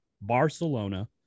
Barcelona